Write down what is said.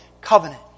covenant